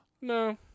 No